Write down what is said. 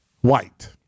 White